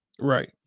Right